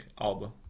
Alba